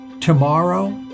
tomorrow